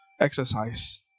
exercise